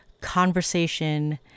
conversation